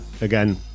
again